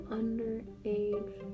underage